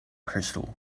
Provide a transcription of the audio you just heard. crystal